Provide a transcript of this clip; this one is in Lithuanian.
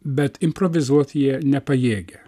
bet improvizuot jie nepajėgia